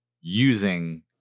using